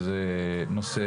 נושא